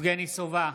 יבגני סובה,